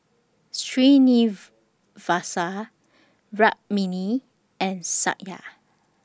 Rukmini and Satya